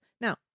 Now